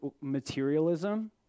materialism